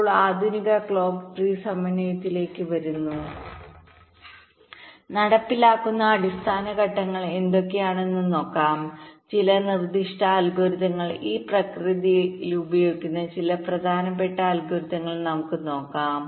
ഇപ്പോൾ ആധുനിക clock tree സമന്വയത്തിലേക്ക് വരുന്നു നടപ്പിലാക്കുന്ന അടിസ്ഥാന ഘട്ടങ്ങൾ എന്തൊക്കെയാണെന്ന് നോക്കാം ചില നിർദ്ദിഷ്ട അൽഗോരിതങ്ങൾ ഈ പ്രക്രിയയിൽ ഉപയോഗിക്കുന്ന ചില പ്രധാനപ്പെട്ട അൽഗോരിതങ്ങൾ നമുക്ക് നോക്കാം